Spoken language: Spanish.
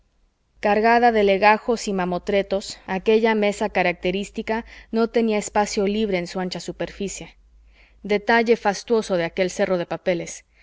cargada de legajos y mamotretos aquella mesa característica no tenía espacio libre en su ancha superficie detalle fastuoso de aquel cerro de papeles